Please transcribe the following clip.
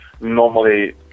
normally